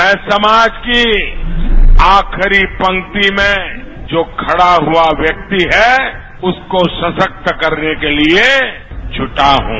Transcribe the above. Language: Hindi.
मैं समाज की आर्थखरी पंक्ति में जो खड़ा हुआ व्यक्ति है उसको सशक्त करने के लिए जुटा हूं